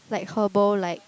like herbal like